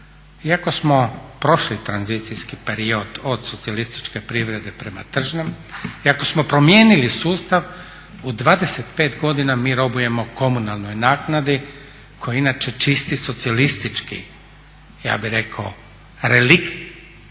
iako smo prošli tranzicijski period od socijalističke privrede prema …/Govornik se ne razumije./… iako smo promijenili sustav u 25 godina mi robujemo komunalnoj naknadi koja je inače čisti socijalistički ja bih rekao relikt